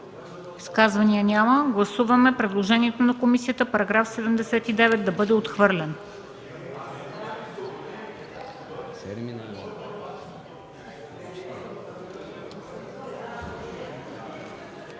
Изказвания? Няма. Гласуваме предложението на комисията § 79 да бъде отхвърлен.